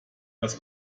das